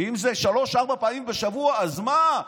ואם זה שלוש-ארבע פעמים בשבוע, אז מה?